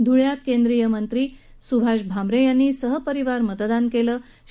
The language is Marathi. ध्रळ्यात केंद्रीय मंत्री सुभाष भामरे यानी सहपरिवार मतदान सकाळीच केलं